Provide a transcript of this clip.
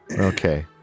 Okay